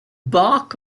bark